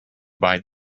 buy